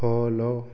follow